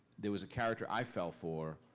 there was a character i fell for,